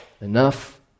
enough